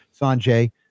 Sanjay